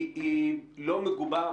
היא לא מגובה.